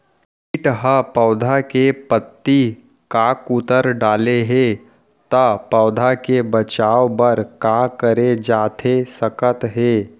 किट ह पौधा के पत्ती का कुतर डाले हे ता पौधा के बचाओ बर का करे जाथे सकत हे?